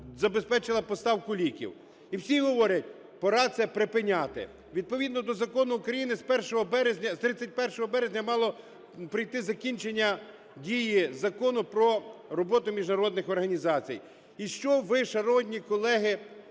забезпечила поставку ліків. І всі говорять: "Пора це припиняти". Відповідно до Закону України з 31 березня мало прийти закінчення дії Закону про роботу міжнародних організацій. І що ви, шановні колеги,